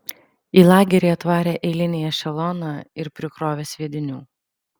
į lagerį atvarė eilinį ešeloną ir prikrovė sviedinių